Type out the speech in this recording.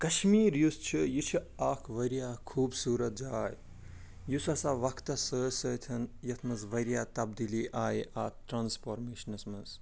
کَشمیٖر یُس چھُ یہِ چھِ اکھ واریاہ خوٗبصورت جاے یُس ہَسا وَقتَس سۭتۍ سۭتۍ یتھ مَنٛز واریاہ تبدیٖلی آیہِ اَتھ ٹرٛانسفارمیشنَس مَنٛز